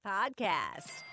Podcast